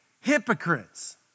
hypocrites